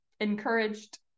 encouraged